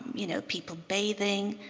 you know, people bathing.